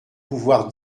pouvoir